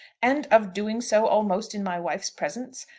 and of doing so almost in my wife's presence?